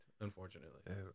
unfortunately